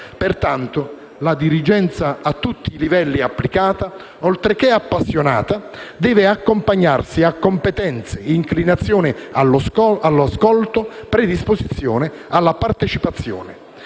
Pertanto, la dirigenza, a tutti i livelli applicata, oltre che appassionata deve accompagnarsi a competenze, inclinazioni all'ascolto e predisposizione alla partecipazione.